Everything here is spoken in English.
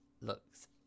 Looks